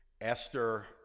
Esther